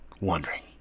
Wondering